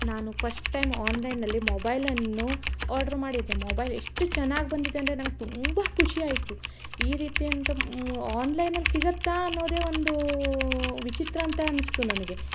ನಾನು first time ಆನ್ಲೈನಲ್ಲಿ ಮೊಬೈಲನ್ನು ಆರ್ಡ್ರು ಮಾಡಿದ್ದೆ ಮೊಬೈಲ್ ಎಷ್ಟು ಚೆನ್ನಾಗ್ ಬಂದಿದೆ ಅಂದರೆ ನಂಗೆ ತುಂಬ ಖುಷಿ ಆಯಿತು ಈ ರೀತಿ ಅಂತು ಆನ್ಲೈನಲ್ಲಿ ಸಿಗುತ್ತಾ ಅನ್ನೋದೆ ಒಂದೂ ವಿಚಿತ್ರ ಅಂತ ಅನಿಸ್ತು ನನಗೆ